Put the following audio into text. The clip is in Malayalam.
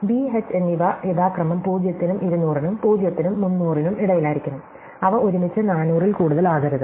b h എന്നിവ യഥാക്രമം 0 നും 200 നും 0 നും 300 നും ഇടയിലായിരിക്കണം അവ ഒരുമിച്ച് 400 ൽ കൂടുതലാകരുത്